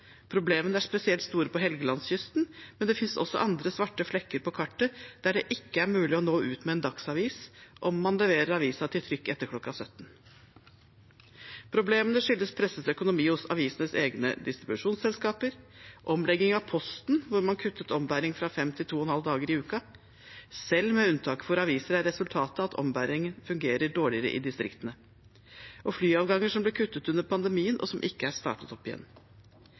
Problemene er spesielt store på Helgelandskysten, men det finnes også andre svarte flekker på kartet, der det ikke er mulig å nå ut med en dagsavis om man leverer avisen til trykk etter kl. 17. Problemene skyldes presset økonomi hos avisenes egne distribusjonsselskaper og omleggingen av Posten, da man kuttet ombæring fra fem til to og en halv dager i uken. Selv med unntak for aviser er resultatet at ombæringen fungerer dårligere i distriktene. Flyavganger som ble kuttet under pandemien, og som ikke er startet opp igjen,